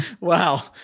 Wow